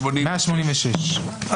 הסתייגות 186, בבקשה.